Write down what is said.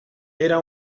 era